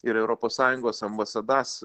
ir europos sąjungos ambasadas